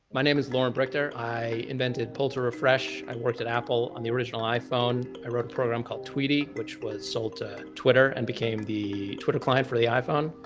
my name is loren brichter. i invented pull-to-refresh. i worked at apple on the original iphone. i wrote a programme called tweetie, which was sold to twitter, and became the twitter client for the iphone.